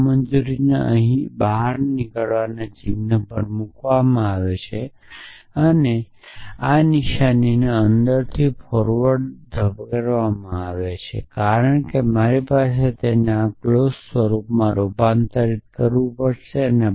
આના નામંજૂરને અહીં બહાર નીકળવાના ચિન્હ પર મૂકવામાં આવે છે મારે આ અસ્વસ્થતાની નિશાનીને અંદરથી ફોરવર્ડ ધપાવવી પડશે કારણ કે મારે તેને આ ક્લૉજ સ્વરૂપમાં રૂપાંતરિત કરવું પડશે